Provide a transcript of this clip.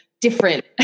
different